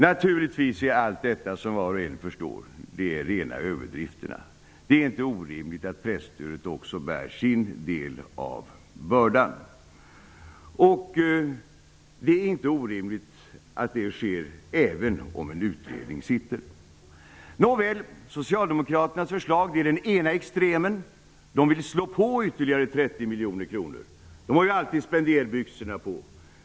Naturligtvis är allt detta, som var och en förstår, rena överdrifterna. Det är inte orimligt att också presstödet bär sin del av bördan. Det är inte orimligt att så sker, även om en utredning sitter. Nåväl. Socialdemokraternas förslag är den ena extremen. De vill slå på ytterligare 30 miljoner kronor. De har alltid spenderbyxorna på.